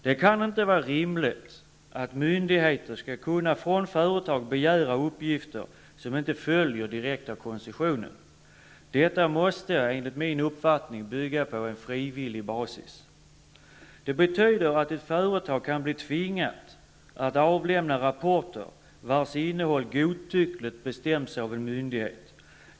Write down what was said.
Det kan inte vara rimligt att myndigheter från företag skall kunna begära uppgifter som inte följer direkt av koncessionen. Detta måste enligt min uppfattning bygga på en frivillig basis. Det betyder att ett företag kan bli tvingat att avlämna rapporter vars innehåll godtyckligt bestäms av en myndighet.